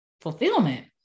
fulfillment